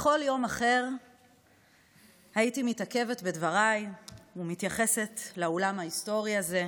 בכל יום אחר הייתי מתעכבת בדבריי ומתייחסת לאולם ההיסטורי הזה,